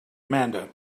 amanda